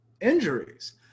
injuries